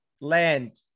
land